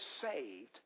saved